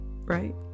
right